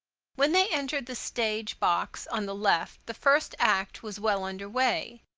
when they entered the stage-box on the left the first act was well under way,